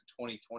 2020